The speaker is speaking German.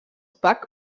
back